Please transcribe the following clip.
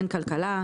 אין כלכלה.